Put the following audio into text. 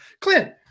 Clint